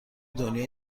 دنیا